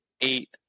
eight